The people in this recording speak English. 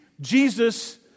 Jesus